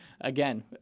again